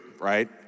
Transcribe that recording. right